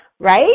right